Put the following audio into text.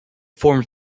forms